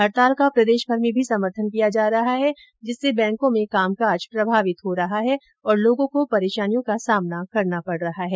हडताल का प्रदेशभर में भी समर्थन किया जा रहा है जिससे बैंकों में कामकाज प्रभावित हो रहा है और लोगों को परेशानी का सामना करना पड रहा है